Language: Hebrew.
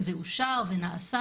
זה אושר ונעשה.